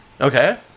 Okay